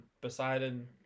Poseidon